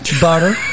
Butter